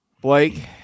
Blake